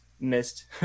missed